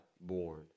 born